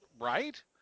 Right